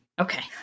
Okay